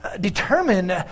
determine